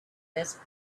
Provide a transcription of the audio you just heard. desert